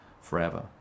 forever